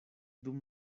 dum